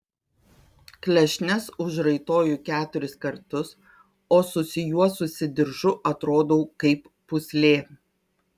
klešnes užraitoju keturis kartus o susijuosusi diržu atrodau kaip pūslė